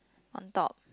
on top